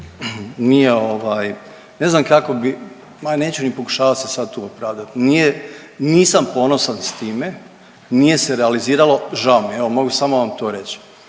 ne znam kako bi, ma neću ni pokušavat se sad tu opravdat, nije, nisam ponosan s time, nije se realizirao, žao mi je. Evo, mogu samo vam to reći.